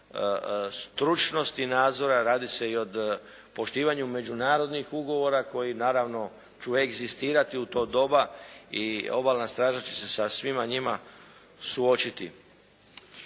se i o stručnosti nadzora, radi se i o poštivanju međunarodnih ugovora koji naravno će egzistirati u to doba i obalna straža će se sa svima njima suočiti.